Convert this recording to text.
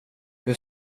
hur